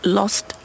lost